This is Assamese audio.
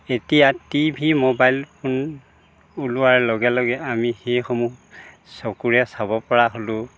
এতিয়া টিভি মোবাইল ফোন ওলোৱাৰ লগে লগে আমি সেইসমূহ চকুৰে চাব পৰা হ'লোঁ